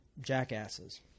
jackasses